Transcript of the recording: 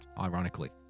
ironically